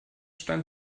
stand